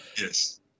Yes